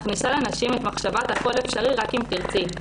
מכניסה לנשים את מחשבת "הכול אפשרי רק אם תרצי",